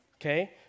Okay